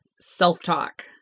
self-talk